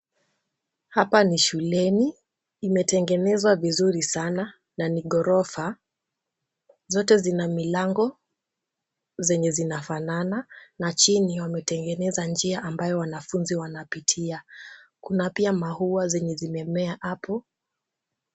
Hapa ni shuleni. Imetengenezwa vizuri sana na ni ghorofa. Zote zina milango zenye zinafanana na chini wametengeneza njia ambayo wanafunzi wanapitia. Kuna pia maua zenye zimemea hapo.